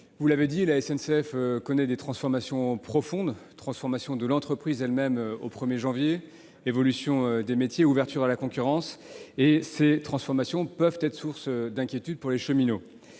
vous l'avez dit, la SNCF connaît des transformations profondes : transformation de l'entreprise elle-même, le 1 janvier prochain, évolution des métiers, ouverture à la concurrence. Ces transformations peuvent être source d'inquiétudes pour les cheminots.